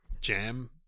jam